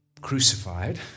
crucified